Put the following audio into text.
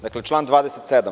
Dakle, član 27.